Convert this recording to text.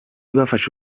bafashe